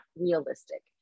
realistic